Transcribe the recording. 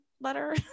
letter